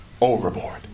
overboard